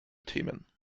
themen